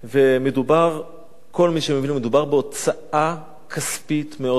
מדובר בהוצאה כספית מאוד-מאוד גדולה.